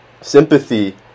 sympathy